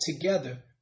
together